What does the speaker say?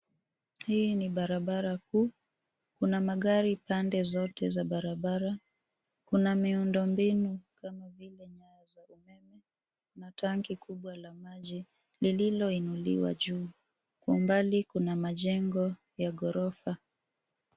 Hii ni barabara kuu, kuna magari pande zote za barabara, kuna miundombinu kama vile nyaya za umeme, na tanki kubwa la maji, lililo inuliwa juu. Kwa umbali kuna majengo ya gorofa.